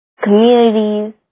communities